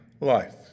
life